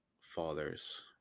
father's